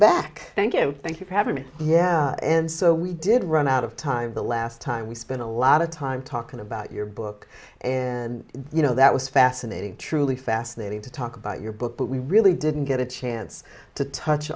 back thank you thank you for having me yeah and so we did run out of time the last time we spent a lot of time talking about your book and you know that was fascinating truly fascinating to talk about your book but we really didn't get a chance to touch